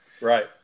Right